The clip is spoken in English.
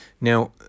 Now